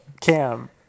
Cam